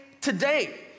today